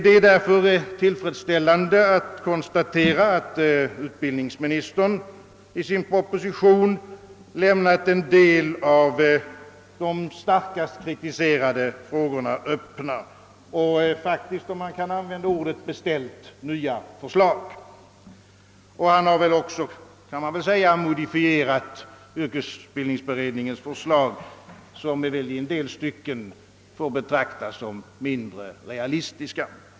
Det är därför tillfredsställande att konstatera, att utbildningsministern i sin proposition lämnat en del av de starkast kritiserade frågorna öppna och faktiskt beställt — om man nu kan använda det ordet — nya förslag. Utbildningsministern har väl också modifierat yrkesutbildningsberedningens förslag, som i vissa stycken får betraktas som mindre realistiska.